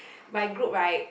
my group right